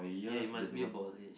ya it must be a ball ya